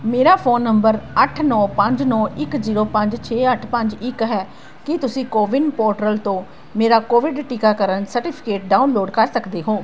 ਮੇਰਾ phone number ਅੱਠ ਨੌਂ ਪੰਜ ਨੌਂ ਇੱਕ ਜ਼ੀਰੋ ਪੰਜ ਛੇ ਅੱਠ ਪੰਜ ਇੱਕ ਹੈ ਕੀ ਤੁਸੀਂ ਕੋਵਿਨ ਪੋਰਟਲ ਤੋਂ ਮੇਰਾ ਕੋਵਿਡ ਟੀਕਾਕਰਨ ਸਰਟੀਫਿਕੇਟ ਡਾਊਨਲੋਡ ਕਰ ਸਕਦੇ ਹੋ